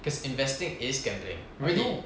this investing is gambling really